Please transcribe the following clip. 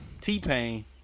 T-Pain